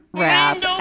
rap